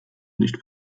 nicht